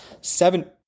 seven